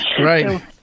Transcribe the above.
Right